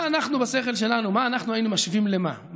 בשכל שלנו, מה אנחנו היינו משווים למה?